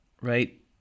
right